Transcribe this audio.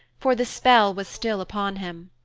for the spell was still upon him.